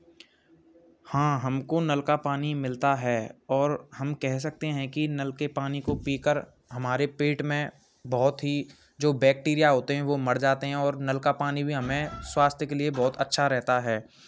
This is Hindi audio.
हाँ हमको नल का पानी मिलता है और हम कह सकते हैं कि नल के पानी को पी कर हमारे पेट में बहुत ही जो बैक्टेरिया होते हैं वो मर जाते हैं और नल का पानी भी हमें स्वास्थ्य के लिए अच्छा रहता है